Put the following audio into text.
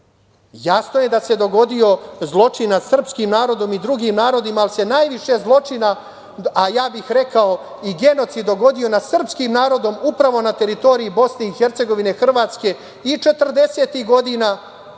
Jasno je da se dogodio zločin nad srpskim narodom i drugim narodima, ali se najviše zločina, a ja bih rekao i genocid dogodio na srpskim narodom upravo, na teritoriji Bosne i Hercegovine, Hrvatske i četrdesetih